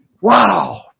Wow